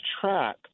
track